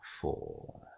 four